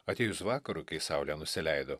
atėjus vakarui kai saulė nusileido